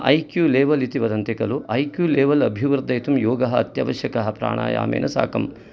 I Q level इति वदन्ति खलु ऐ क्यू लेवेल् अभिवर्धयितुं योगः अत्यावश्यकः प्राणायामेन साकं